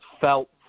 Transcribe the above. felt